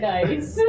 Nice